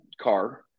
car